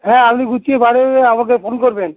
হ্যাঁ আপনি গুছিয়ে বার হলে আমাকে ফোন করবেন